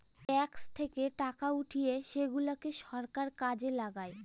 tax থেকে টাকা উঠিয়ে সেগুলাকে সরকার কাজে লাগায়